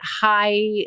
high